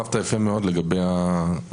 שהרחבת יפה מאוד לגבי הסוגיה.